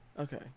Okay